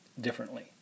differently